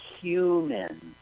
humans